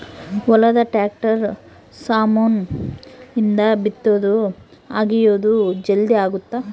ಹೊಲದ ಟ್ರಾಕ್ಟರ್ ಸಾಮಾನ್ ಇಂದ ಬಿತ್ತೊದು ಅಗಿಯೋದು ಜಲ್ದೀ ಅಗುತ್ತ